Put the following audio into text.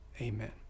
Amen